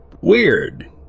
Weird